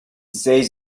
says